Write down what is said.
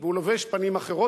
והוא לובש פנים אחרות,